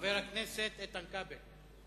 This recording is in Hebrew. חבר הכנסת איתן כבל.